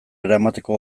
eramateko